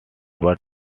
but